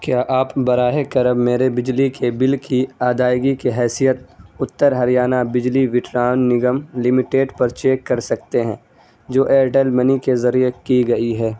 کیا آپ براہ کرم میرے بجلی کے بل کی ادائیگی کی حیثیت اتّر ہریانہ بجلی وٹران نگم لمیٹڈ پر چیک کر سکتے ہیں جو ایئرٹیل منی کے ذریعے کی گئی ہے